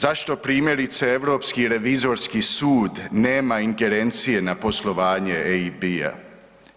Zašto primjerice Europski revizorski sud nema ingerencije na poslovanje EIB-a?